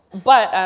but